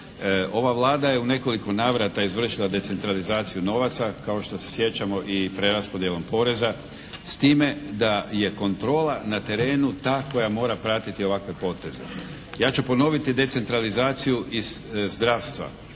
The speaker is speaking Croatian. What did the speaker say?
Ova Vlada je u nekoliko navrata izvršila decentralizaciju novaca, kao što se sjećamo i preraspodjelom poreza, s time da je kontrola na terenu ta koja mora pratiti ovakve poteze. Ja ću ponoviti decentralizaciju iz zdravstva.